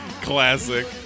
Classic